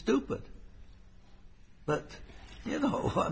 stupid but you know